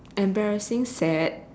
embarrassing sad